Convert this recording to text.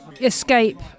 escape